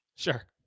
Sure